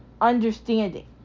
understanding